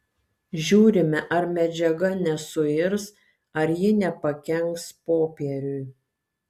žiūrime ar medžiaga nesuirs ar ji nepakenks popieriui